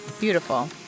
Beautiful